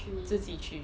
自己去